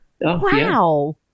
wow